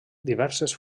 diverses